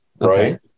right